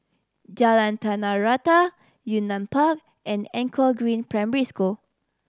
Jalan Tanah Rata Yunnan Park and Anchor Green Primary School